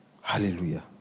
Hallelujah